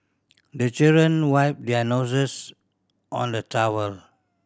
the children wipe their noses on the towel